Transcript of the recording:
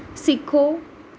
ਸਿੱਖੋ